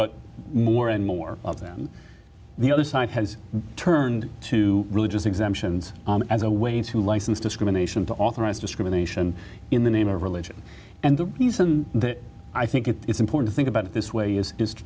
but more and more of them the other side has turned to religious exemptions as a way to license discrimination to authorize discrimination in the name of religion and the reason that i think it is important to think about it this way is